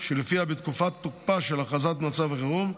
שלפיה בתקופת תוקפה של הכרזה על מצב חירום,